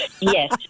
Yes